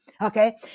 Okay